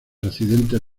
accidentes